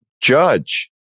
Judge